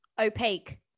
Opaque